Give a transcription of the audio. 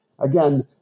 Again